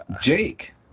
Jake